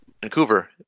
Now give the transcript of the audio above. Vancouver